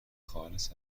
خالص